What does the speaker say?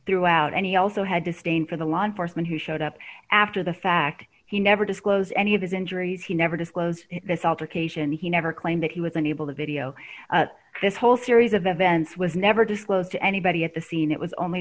threw out any also had to stain for the law enforcement who showed up after the fact he never disclose any of his injuries he never disclosed this altercation he never claimed that he was unable to video this whole series of events was never disclosed to anybody at the scene it was only